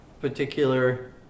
particular